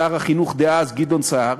שר החינוך דאז גדעון סער,